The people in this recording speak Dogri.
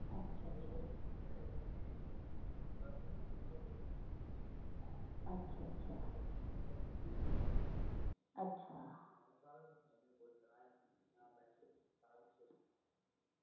अच्छा अच्छा अच्छा अच्छा अच्छा